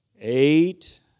Eight